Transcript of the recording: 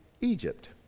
Egypt